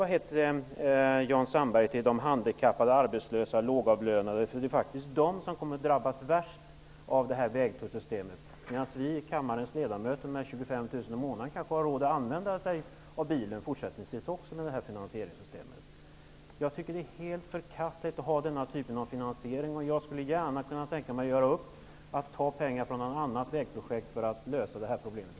Vad säger Jan Sandberg till de handikappade, arbetslösa och lågavlönade, som kommer att drabbas värst av vägtullssystemet? Kammarens ledamöter, som har 25 000 kr i månaden, har kanske råd att använda bilen även fortsättningsvis med det här finansieringssystemet. Denna typ av finansiering är helt förkastlig, och jag skulle gärna göra upp om att ta pengar från något annat vägprojekt för att lösa det här problemet i